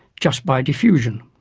just by diffusion.